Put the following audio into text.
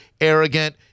arrogant